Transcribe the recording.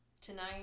tonight